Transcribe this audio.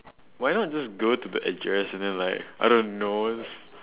why not just go to the address and then like I don't know